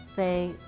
they,